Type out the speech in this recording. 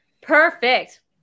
perfect